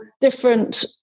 different